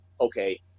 okay